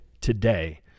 today